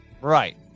Right